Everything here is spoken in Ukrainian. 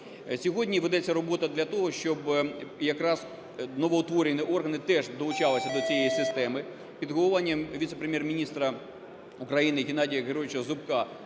Сьогодні ведеться робота для того, щоб якраз новоутворені органи теж долучалися до цієї системи. Під головуванням віце-прем'єр-міністра України Геннадія Георгійовича Зубка